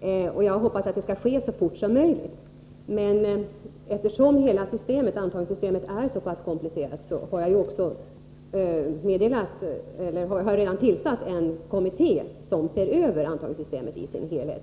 förändringen. Jag hoppas att det skall ske så fort som möjligt ,, men eftersom hela antagningssystemet är så pass komplicerat har jag redan tillsatt en kommitté som ser över antagningssystemet i dess helhet.